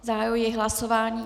Zahajuji hlasování.